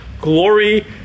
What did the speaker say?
Glory